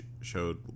showed